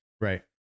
Right